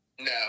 No